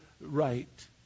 right